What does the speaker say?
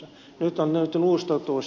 nyt on löytynyt uusi totuus